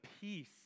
peace